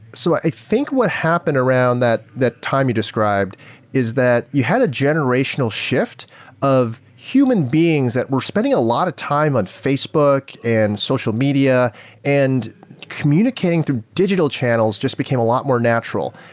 so i think what happened around that that time you described is that you had a generational shift of human beings that were spending a lot of time on facebook and social media and communicating through digital channels just became a lot more natural.